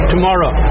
Tomorrow